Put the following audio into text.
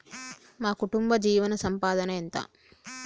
మా కుటుంబ జీవన సంపాదన ఎంత?